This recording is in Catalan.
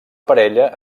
parella